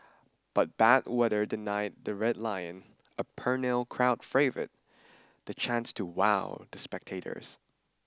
but bad weather denied the red lion a perennial crowd favourite the chance to wow the spectators